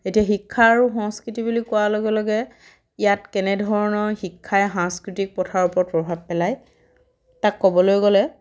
এতিয়া শিক্ষা আৰু সংস্কৃতি বুলি কোৱাৰ লগে লগে ইয়াত কেনে ধৰণৰ শিক্ষাই সাংস্কৃতিক পথাৰৰ ওপৰত প্ৰভাৱ পেলায় তাক ক'বলৈ গ'লে